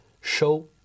show